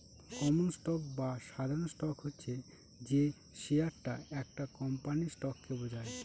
common stock বা সাধারণ stock হচ্ছে যে শেয়ারটা একটা কোম্পানির স্টককে বোঝায়